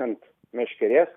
ant meškerės